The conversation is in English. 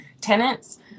Tenants